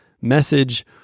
message